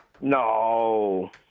No